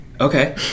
Okay